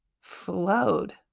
Flowed